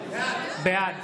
בעד